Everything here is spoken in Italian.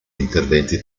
interventi